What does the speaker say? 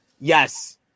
Yes